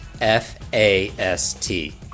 F-A-S-T